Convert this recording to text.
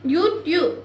YouTube